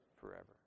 forever